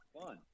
fun